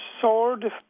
sword